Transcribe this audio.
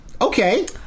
okay